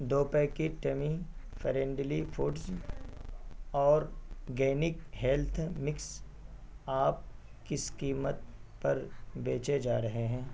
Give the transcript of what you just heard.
دو packet Tummy Friendly Foods organic health mix آپ کس قیمت پر بیچے جا رہے ہیں